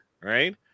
right